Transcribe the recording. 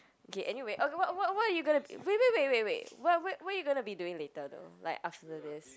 okay anyway okay what what what are you gonna wait wait wait wait wait what what are you gonna be doing later though like after this